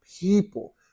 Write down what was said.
people